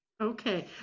Okay